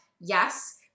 yes